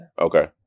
okay